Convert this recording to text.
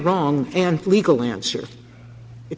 wrong and legal answers it